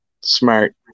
smart